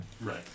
right